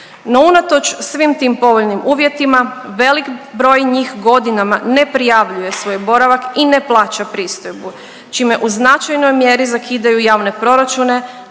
no unatoč svim tim povoljnim uvjetima velik broj njih godinama ne prijavljuje svoj boravak i ne plaća pristojbu, čime u značajnoj mjeri zakidaju javne proračune,